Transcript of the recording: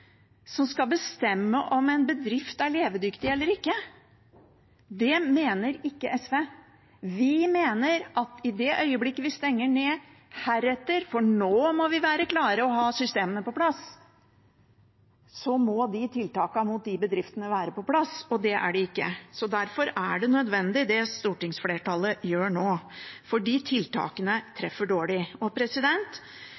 som skal bestemme om en bedrift er levedyktig eller ikke? Det mener ikke SV. Vi mener at i det øyeblikket vi stenger ned heretter – for nå må vi være klare og ha systemene på plass – må tiltakene for de bedriftene være på plass. Det er de ikke, og derfor er det nødvendig det stortingsflertallet gjør nå, fordi tiltakene